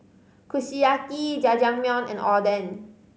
Kushiyaki Jajangmyeon and Oden